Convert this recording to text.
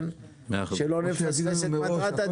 שלא נפספס מטרת הדיון.